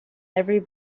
every